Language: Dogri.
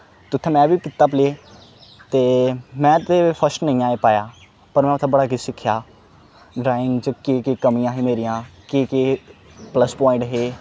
ते उत्थें में बी कीता प्ले ते में ते फस्ट नेईं आई पाया पर में उत्थें बड़ा किश सिक्खेआ ड्रांइग च केह् केह् कमियां हियां मेरिया केह् केह् प्लस पवाइंट हे